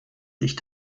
sich